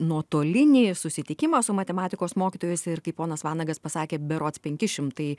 nuotolinį susitikimą su matematikos mokytojais ir kaip ponas vanagas pasakė berods penki šimtai